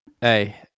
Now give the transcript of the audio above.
Hey